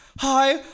hi